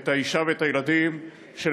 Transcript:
את הילדים ואת האישה,